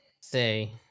Say